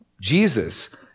Jesus